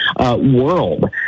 world